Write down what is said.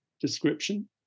description